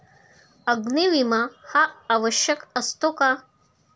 अग्नी विमा हा आवश्यक असतो का?